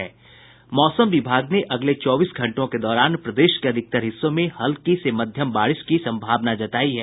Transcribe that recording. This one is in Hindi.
मौसम विभाग ने अगले चौबीस घंटों के दौरान प्रदेश के अधिकतर हिस्सों में हल्की से मध्यम बारिश की संभावना जतायी है